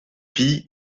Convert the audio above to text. pie